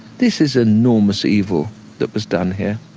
this is enormous evil that was done here.